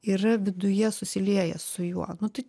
yra viduje susilieja su juo nu tai